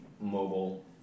mobile